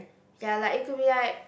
ya like it could be like